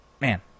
Man